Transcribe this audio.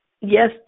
yes